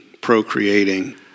procreating